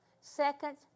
Second